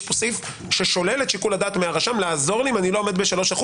פה סעיף ששולל את שיקול הדעת מהרשם לעזור לי אם אני לא עומד ב-3%,